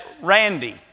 Randy